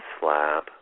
slab